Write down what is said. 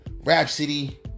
Rhapsody